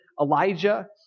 Elijah